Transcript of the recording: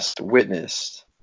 witnessed